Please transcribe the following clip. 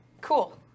cool